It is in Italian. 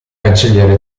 cancelliere